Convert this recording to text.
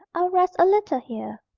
i'll rest a little here.